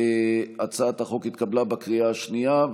הצעת החוק התקבלה בקריאה השנייה.